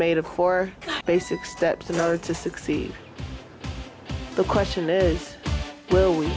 made of four basic steps in order to succeed the question is will we